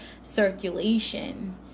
circulation